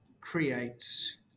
creates